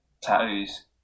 tattoos